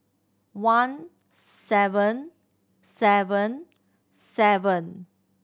one seven seven seven